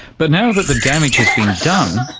but now that the damage has been done,